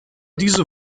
dieser